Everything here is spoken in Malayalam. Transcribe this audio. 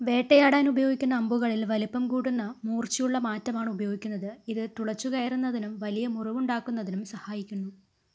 വേട്ടയാടാൻ ഉപയോഗിക്കുന്ന അമ്പുകളിൽ വലിപ്പം കൂടുന്ന മൂർച്ചയുള്ള മാറ്റമാണ് ഉപയോഗിക്കുന്നത് ഇത് തുളച്ചു കയറുന്നതിനും വലിയ മുറിവുണ്ടാക്കുന്നതിനും സഹായിക്കുന്നു